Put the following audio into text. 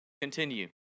Continue